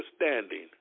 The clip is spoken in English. understanding